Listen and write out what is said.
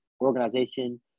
organization –